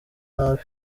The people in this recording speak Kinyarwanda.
nabi